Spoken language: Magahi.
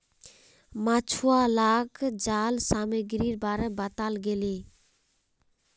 मछुवालाक जाल सामग्रीर बारे बताल गेले